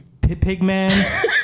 Pigman